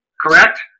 Correct